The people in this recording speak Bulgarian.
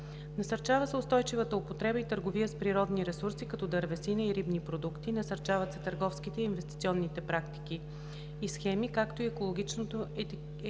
Насърчава се устойчивата употреба и търговия с природни ресурси, като дървесина и рибни продукти, насърчават се търговските и инвестиционните практики и схеми, както и екологичното етикетиране.